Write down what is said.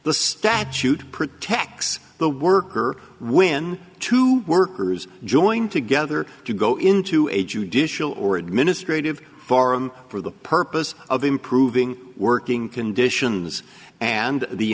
the statute protects the worker when two workers join together to go into a judicial or administrative forum for the purpose of improving working conditions and the